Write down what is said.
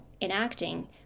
enacting